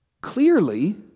clearly